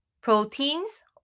proteins